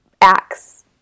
acts